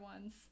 ones